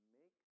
make